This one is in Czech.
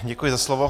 Děkuji za slovo.